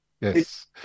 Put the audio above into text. Yes